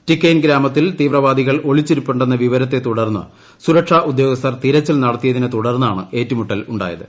ടിക്കെയിൻ ഗ്രാമത്തിൽ ഒളിച്ചിരിപ്പുണ്ടെന്ന വിവരത്തെ തുടർന്ന സുരക്ഷാ ഉദ്യോഗസ്ഥർ തിരച്ചിൽ നടത്തിയതിനെ തുടർന്നാണ് ഏറ്റുമുട്ടൽ ഉണ്ടായത്